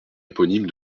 éponyme